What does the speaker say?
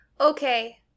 Okay